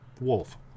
Wolf